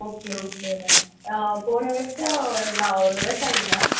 okay okay ma'am போன வருடம் நான் ஒரு விவசாயி மேம்